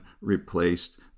replaced